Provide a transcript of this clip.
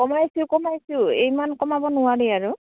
কমাইছোঁ কমাইছোঁ ইমান কমাব নোৱাৰি আৰু